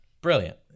Brilliant